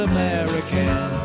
American